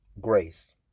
grace